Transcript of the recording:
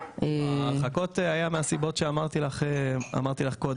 ההרחקות היו מהסיבות שאמרתי לך קודם,